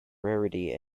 rarity